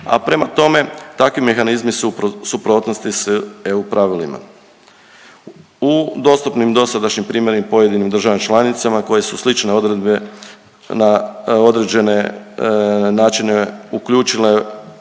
a prema tome takvi mehanizmi su u suprotnosti s EU pravilima. U dostupnim dosadašnjim primjerima pojedinim državama članicama koje su slične odredbe na određene načine uključile